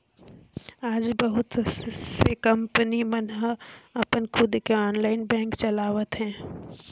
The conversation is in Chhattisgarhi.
आज बहुत से कंपनी मन ह अपन खुद के ऑनलाईन बेंक चलावत हे